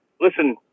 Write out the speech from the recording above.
Listen